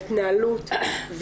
באירוע הזה של נפגעות תקינה מינית,